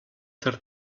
ser